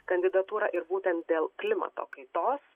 kandidatūrą ir būtent dėl klimato kaitos